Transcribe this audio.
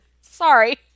sorry